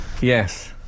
Yes